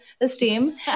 esteem